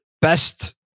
best